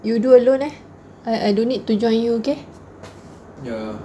you do alone eh I I don't need to join you okay